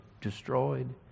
destroyed